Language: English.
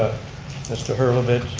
mr. herlovich